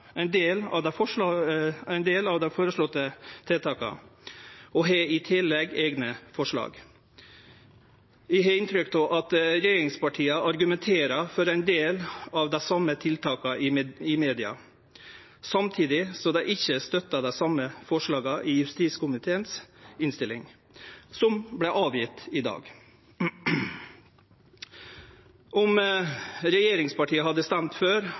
ein del av dei føreslåtte tiltaka og har i tillegg eigne forslag. Eg har inntrykk av at regjeringspartia argumenterer for ein del av dei same tiltaka i media, samtidig som dei ikkje støttar dei same forslaga i innstillinga frå justiskomiteen som vart avgjeven i dag. Om regjeringspartia hadde stemt